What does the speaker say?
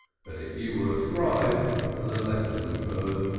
but if you were a scribe the letter would burn.